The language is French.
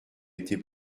été